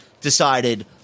decided